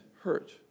hurt